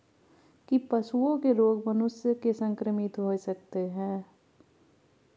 की पशुओं के रोग मनुष्य के संक्रमित होय सकते है?